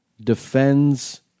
defends